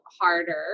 harder